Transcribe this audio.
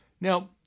Now